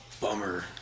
Bummer